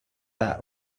than